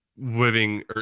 living